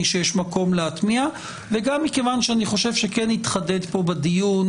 שיש מקום להטמיע; וגם מכיוון שאני חושב שכן התחדד פה בדיון